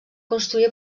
construir